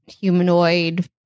humanoid